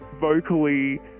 vocally